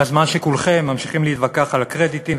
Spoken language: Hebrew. בזמן שכולכם ממשיכים להתווכח על הקרדיטים,